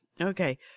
Okay